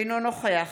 אינו נוכח